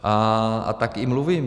A tak i mluvím.